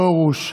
מאיר פרוש,